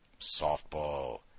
softball